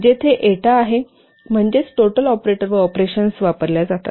जेथे एटा आहे म्हणजेच टोटल ऑपरेटर व ऑपरेशन्स वापरल्या जातात